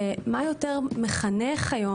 ומה יותר מחנך היום